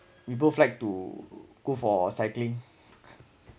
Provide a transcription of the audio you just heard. we both like to go for cycling